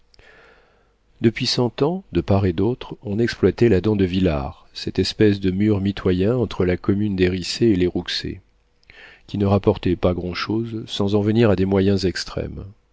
depuis cent ans de part et d'autre on exploitait la dent de vilard cette espèce de mur mitoyen entre la commune des riceys et les rouxey qui ne rapportait pas grand'chose sans en venir à des moyens extrêmes